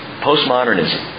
Postmodernism